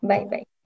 Bye-bye